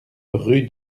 rue